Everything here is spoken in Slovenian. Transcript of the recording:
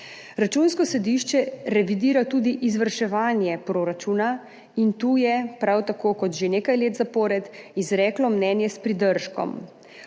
Računsko sodišče revidira tudi izvrševanje proračuna in tu je prav tako kot že nekaj let zapored izreklo mnenje s pridržkom.